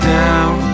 down